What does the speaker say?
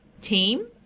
team